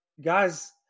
guys